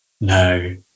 No